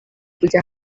kujya